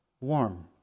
warm